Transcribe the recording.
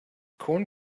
corn